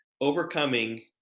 overcoming